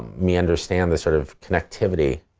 me understand the sort of connectivity